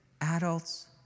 adults